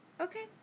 Okay